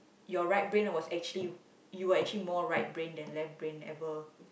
your right brain was actually you were actually more right brain than left brain ever